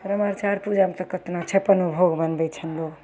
चार पूजामे तऽ केतना छप्पन भोग बनबय छनि लोग